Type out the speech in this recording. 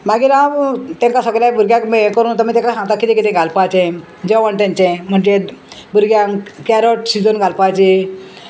मागीर हांव तेंकां सगल्या भुरग्यांक मागी हें करून तुमी तेका सांगता किदें किदें घालपाचें जेवण तेंचें म्हणजे भुरग्यांक कॅरट शिजोन घालपाचें